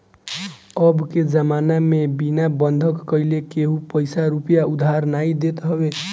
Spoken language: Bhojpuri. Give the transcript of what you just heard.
अबके जमाना में बिना बंधक धइले केहू पईसा रूपया उधार नाइ देत हवे